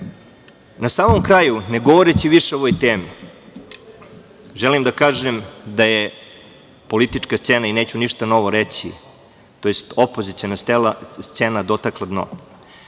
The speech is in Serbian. samom kraju, ne govoreći više o ovoj temi želim da kažem da je politička scena i neću ništa novo reći tj. opoziciona scena dotakla dno. Moj